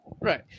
right